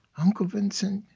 uncle vincent,